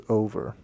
over